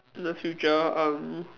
in the future um